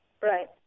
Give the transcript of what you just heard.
Right